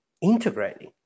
integrating